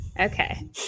Okay